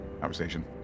conversation